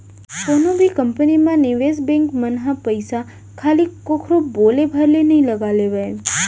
कोनो भी कंपनी म निवेस बेंक मन ह पइसा खाली कखरो बोले भर ले नइ लगा लेवय